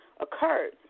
occurred